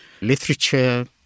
literature